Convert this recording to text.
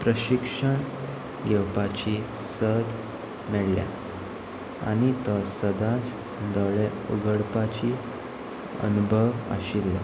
प्रशिक्षण घेवपाची संद मेळ्ळ्या आनी तो सदांच दोळे उगडपाची अनुभव आशिल्लो